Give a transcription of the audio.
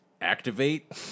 activate